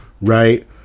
right